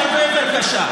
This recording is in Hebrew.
שהיא הרבה יותר קשה.